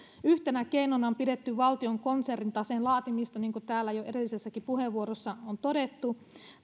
yhtenä keinona on pidetty valtion konsernitaseen laatimista niin kuin täällä jo edelläkin puheenvuorossa on todettu